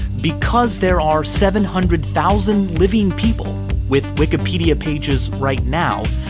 because there are seven hundred thousand living people with wikipedia pages right now,